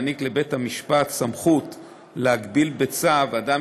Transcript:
מעניק לבית-המשפט סמכות להגביל בצו אדם